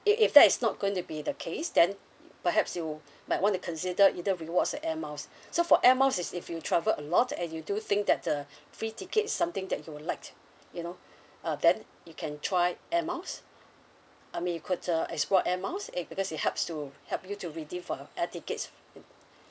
i~ if that is not going to be the case then perhaps you might want to consider either rewards or air miles so for air miles is if you travel a lot and you do think that the free ticket is something that you would like you know uh then you can try air miles I mean you could uh explore air miles a~ because it helps to help you to redeem for air tickets